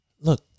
Look